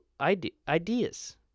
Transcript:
ideas